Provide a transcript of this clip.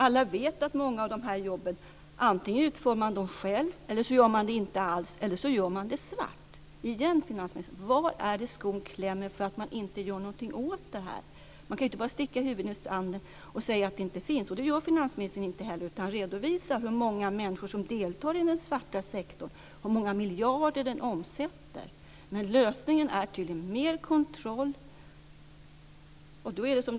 Alla vet att man antingen utför många av dessa jobb själv, inte gör det alls eller också gör det svart. Än en gång finansministern: Var är det skon klämmer när det gäller att man inte gör någonting åt detta? Man kan ju inte bara sticka huvudet i sanden och säga att detta inte finns. Det gör inte heller finansministern, utan han redovisar hur många människor som deltar i den svarta sektorn och hur många miljarder den omsätter. Men lösningen är tydligen mer kontroll.